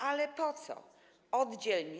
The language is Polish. Ale po co oddzielnie?